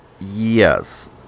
Yes